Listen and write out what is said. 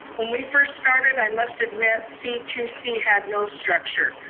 when we first started, i must admit, c two c had no structure.